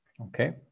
okay